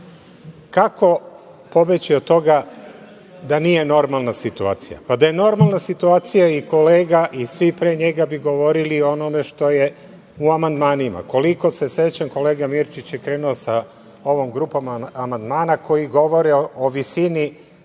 kako pobeći od toga da nije normalna situacija? Da je normalna situacija i kolega i svi pre njega bi govorili o onome što je u amandmanima. Koliko se sećam kolega Mirčić je krenuo sa ovom grupom amandmana koji govore o visini